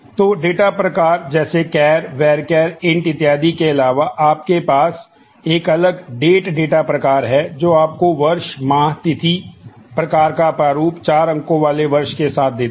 तो डेटा प्रकारों जैसे कैर डेटा प्रकार है जो आपको वर्ष माह तिथि प्रकार का प्रारूप चार अंकों वाले वर्ष के साथ देता है